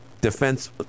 defense